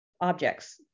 objects